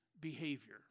behavior